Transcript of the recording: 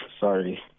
sorry